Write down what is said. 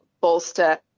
bolster